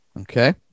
Okay